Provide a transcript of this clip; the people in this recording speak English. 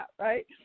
right